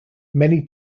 many